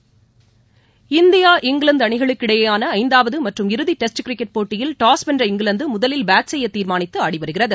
cricket India England அணிகளுக்கிடையேயான ஐந்தாவது மற்றும் இறுதி டெஸ்ட் கிரிக்கெட் போட்டியில் டாஸ் வென்ற இங்கிலாந்து முதலில் பேட் செய்ய தீர்மானித்து ஆடி வருகிறது